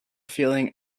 feeling